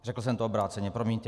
Řekl jsem to obráceně, promiňte.